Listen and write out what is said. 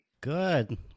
Good